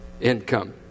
income